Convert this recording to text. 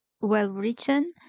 well-written